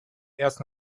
erst